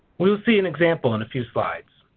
we will see an example in a few slides.